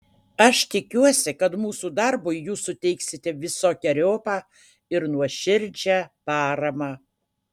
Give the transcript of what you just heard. aš tikiuosi kad mūsų darbui jūs suteiksite visokeriopą ir nuoširdžią paramą